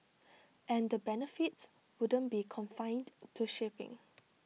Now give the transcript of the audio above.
and the benefits wouldn't be confined to shipping